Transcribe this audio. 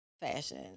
fashion